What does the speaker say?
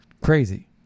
crazy